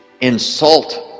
insult